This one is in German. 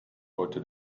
heute